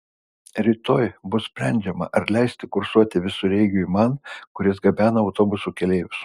rytoj bus sprendžiama ar leisti kursuoti visureigiui man kuris gabena autobusų keleivius